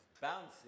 bouncing